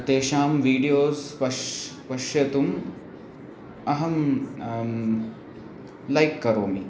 तेषां वीडियोस् पश्य द्रष्टुम् अहं लैक् करोमि